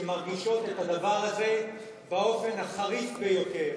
שמרגישות את הדבר הזה באופן חריף ביותר.